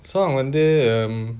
so அவன் வந்து:avan vanthu um